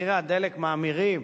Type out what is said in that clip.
מחירי הדלק מאמירים,